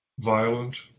violent